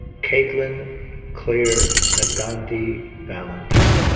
kaitlin claire negandhi valentine.